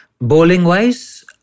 bowling-wise